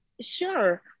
Sure